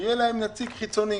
שיהיה להם נציג חיצוני,